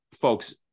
folks